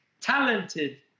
talented